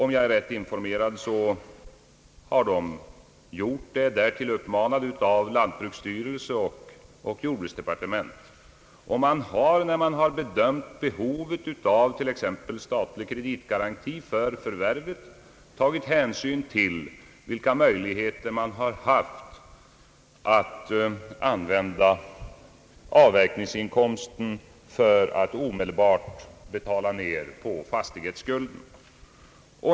Om jag är rätt informerad har de gjort det på uppmaning av lantbruksstyrelsen och jordbruksdepartementet. När man har bedömt behovet av t.ex. statlig kreditgaranti för förvärvet, har man tagit hänsyn till vilka möjligheter som funnits att använda avverkningsinkomsten för att omedelbart betala av på fastighetsskulden.